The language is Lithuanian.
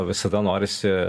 visada norisi